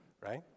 Right